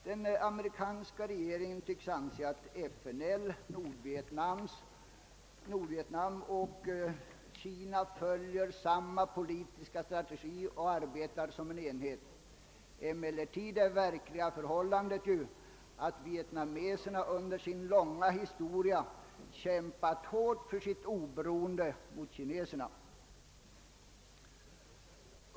Den amerikanska regeringen tycks anse, att FNL, Nordvietnam och Kina följer samma politiska strategi och arbetar som en enhet. Emellertid är ju det verkliga förhållandet att vietnameserna un der sin långa historia kämpat hårt för sitt oberoende mot kineserna.